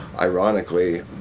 ironically